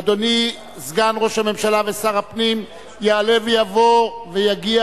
אדוני סגן ראש הממשלה ושר הפנים יעלה ויבוא ויגיע